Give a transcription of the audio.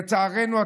לצערנו,